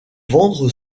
vendre